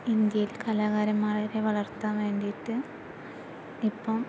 ഇന്ത്യയില് കലാകാരന്മാരെ വളര്ത്താന് വേണ്ടിയിട്ട് ഇപ്പോൾ